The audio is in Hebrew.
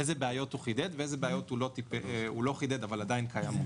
איזה בעיות הוא חידד ואיזה בעיות הוא לא חידד אבל עדיין קיימות.